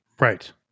right